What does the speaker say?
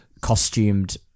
costumed